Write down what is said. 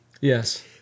Yes